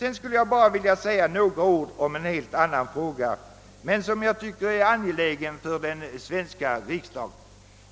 Jag skulle till slut bara vilja säga några ord i en helt annan fråga, en fråga som jag tycker är mycket angelägen för den svenska riksdagen.